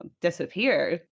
disappear